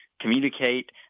communicate